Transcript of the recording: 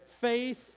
faith